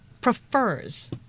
prefers